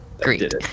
Great